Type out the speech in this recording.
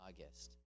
August